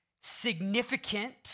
significant